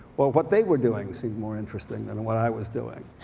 well what they were doing seemed more interesting than and what i was doing.